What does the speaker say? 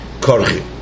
Korchi